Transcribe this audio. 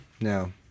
No